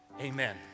Amen